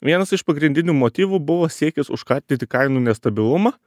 vienas iš pagrindinių motyvų buvo siekis užkardyti kainų nestabilumą